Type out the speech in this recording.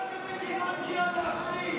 כמה זה בגימטרייה "להפסיד"?